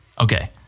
Okay